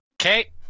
Okay